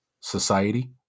Society